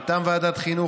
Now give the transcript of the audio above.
מטעם ועדת החינוך,